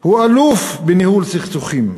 הוא אלוף בניהול סכסוכים.